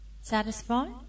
satisfied